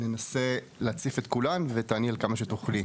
ואנסה להציף את כולן ותעני על כמה שתוכלי.